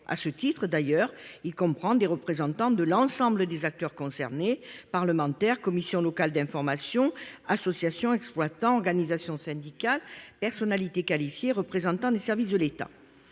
À ce titre, il comprend des représentants de l’ensemble des acteurs concernés : parlementaires, commissions locales d’information, associations, exploitants, organisations syndicales, personnalités qualifiées, représentants des services de l’État.